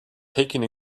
taking